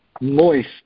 Moist